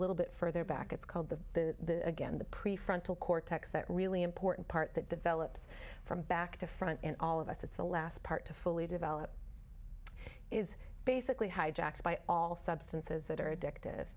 little bit further back it's called the again the prefrontal cortex that really important part that develops from back to front all of us it's the last part to fully develop is basically hijacked by all substances that are addict